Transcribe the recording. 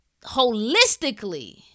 holistically